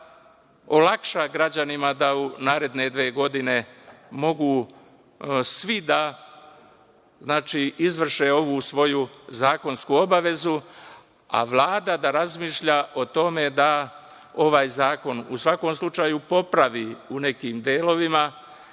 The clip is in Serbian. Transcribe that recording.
da olakša građanima da u naredne dve godine mogu svi da izvrše ovu svoju zakonsku obavezu, a Vlada da razmišlja o tome da ovaj zakon, u svakom slučaju, popravi u nekim delovima